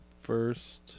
first